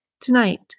Tonight